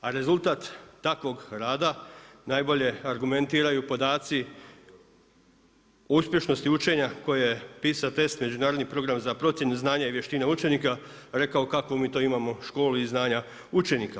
A rezultat takvog rada najbolje argumentiraju podaci o uspješnosti učenja koje PISA test, međunarodni program za procjenu znanja i vještina učenika rekao kakvu mi to imamo školu i znanja učenika.